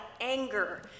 anger